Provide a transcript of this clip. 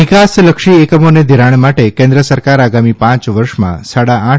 નિકાસલક્ષી એકમોને ઘિરાણ માટે તે માટે કેન્દ્ર સરકાર આગામી પાંચ વર્ષમાં સાડા આઠ